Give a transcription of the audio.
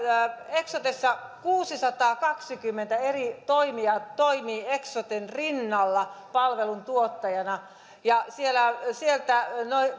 eksotessa kuusisataakaksikymmentä eri toimijaa toimii eksoten rinnalla palveluntuottajana ja siellä